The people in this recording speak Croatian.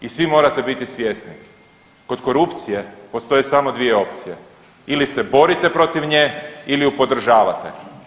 I svi morate biti svjesni, kod korupcije postoje samo 2 opcije ili se borite protiv nje ili ju podržavate.